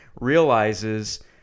realizes